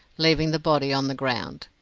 leaving the body on the ground.